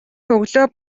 өглөө